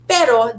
Pero